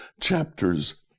chapters